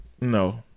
no